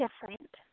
different